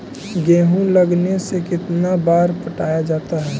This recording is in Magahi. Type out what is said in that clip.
गेहूं लगने से कितना बार पटाया जाता है?